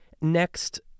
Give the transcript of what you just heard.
next